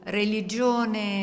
religione